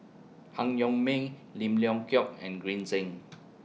Han Yong May Lim Leong Geok and Green Zeng